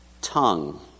tongue